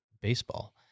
baseball